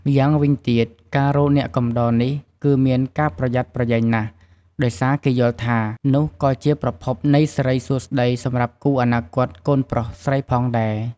ម្យ៉ាងវិញទៀតការរកអ្នកកំដរនេះគឺមានការប្រយ័ត្នប្រយែងណាស់ ដោយសារគេយល់ថា នោះក៏ជាប្រភពនៃសិរីសួស្តីសម្រាប់គូអនាគតកូនប្រុសស្រីផងដែរ។